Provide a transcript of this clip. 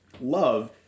love